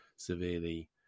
severely